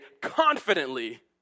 confidently